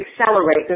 accelerate